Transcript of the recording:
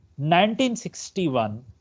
1961